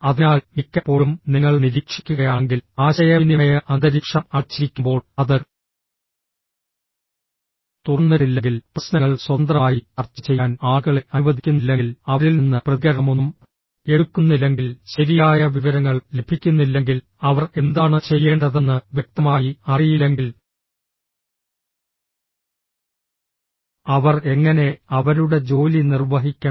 അതിനാൽ മിക്കപ്പോഴും നിങ്ങൾ നിരീക്ഷിക്കുകയാണെങ്കിൽ ആശയവിനിമയ അന്തരീക്ഷം അടച്ചിരിക്കുമ്പോൾ അത് തുറന്നിട്ടില്ലെങ്കിൽ പ്രശ്നങ്ങൾ സ്വതന്ത്രമായി ചർച്ച ചെയ്യാൻ ആളുകളെ അനുവദിക്കുന്നില്ലെങ്കിൽ അവരിൽ നിന്ന് പ്രതികരണമൊന്നും എടുക്കുന്നില്ലെങ്കിൽ ശരിയായ വിവരങ്ങൾ ലഭിക്കുന്നില്ലെങ്കിൽ അവർ എന്താണ് ചെയ്യേണ്ടതെന്ന് വ്യക്തമായി അറിയില്ലെങ്കിൽ അവർ എങ്ങനെ അവരുടെ ജോലി നിർവഹിക്കണം